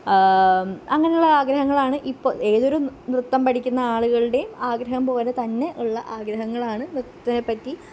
അങ്ങനെയുള്ള ആഗ്രഹങ്ങളാണ് ഇപ്പം ഏതൊരു നൃത്തം പഠിക്കുന്ന ആളുകളുടെയും ആഗ്രഹം പോലെ തന്നെയുള്ള ആഗ്രഹങ്ങളാണ് നൃത്തത്തിനെ പറ്റി